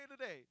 today